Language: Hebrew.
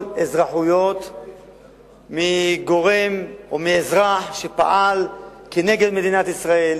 אזרחות מגורם או מאזרח שפעל כנגד מדינת ישראל,